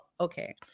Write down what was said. Okay